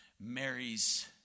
Mary's